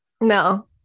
no